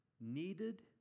needed